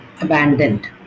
Abandoned